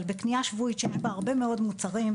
אבל בקנייה השבועית שיש בה הרבה מאוד מוצרים,